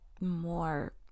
more